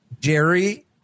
Jerry